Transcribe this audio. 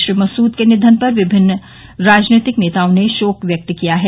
श्री मसूद के निधन पर विभिन्न राजनीतिक नेताओं ने शोक व्यक्त किया है